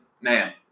man